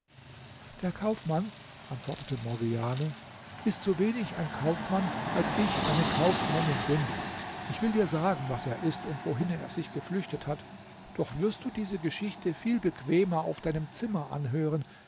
der kaufmann antwortete morgiane ist so wenig ein kaufmann als ich eine kaufmännin bin ich will dir sagen was er ist und wohin er sich geflüchtet hat doch wirst du diese geschichte viel bequemer auf deinem zimmer anhören